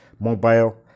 mobile